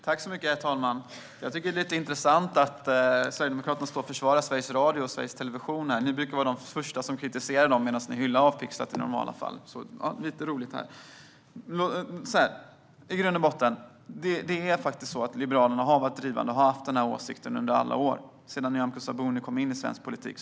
Herr talman! Det är lite intressant att Sverigedemokraterna står här och försvarar Sveriges Radio och Sveriges Television. Ni brukar ju vara de första att kritisera dem, medan ni hyllar Avpixlat i normala fall. I grund och botten har Liberalerna varit drivande och haft den här åsikten under alla år sedan Nyamko Sabuni kom in i svensk politik.